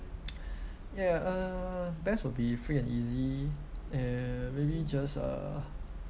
ya uh best would be free and easy uh maybe just uh